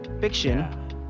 fiction